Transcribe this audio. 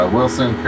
Wilson